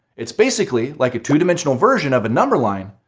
it's basically like a two dimensional version of a number line,